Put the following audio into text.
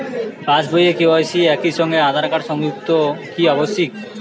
পাশ বই ও কে.ওয়াই.সি একই সঙ্গে আঁধার কার্ড সংযুক্ত কি আবশিক?